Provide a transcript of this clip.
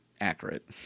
Accurate